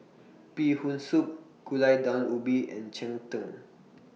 Bee Hoon Soup Gulai Daun Ubi and Cheng Tng